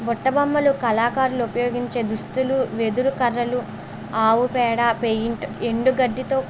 బుట్ట బొమ్మలు కళాకారులు ఉపయోగించే దుస్తులు వెదురు కర్రలు ఆవు పేడ పెయింట్ ఎండు గడ్డితో